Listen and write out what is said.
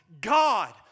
God